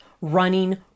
Running